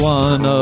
one